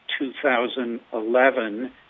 2011